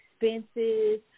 expenses